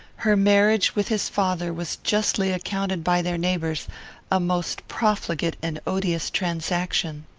her marriage with his father was justly accounted by their neighbours a most profligate and odious transaction.